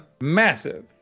Massive